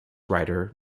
writer